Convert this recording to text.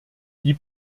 die